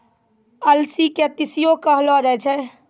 अलसी के तीसियो कहलो जाय छै